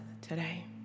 today